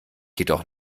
jedoch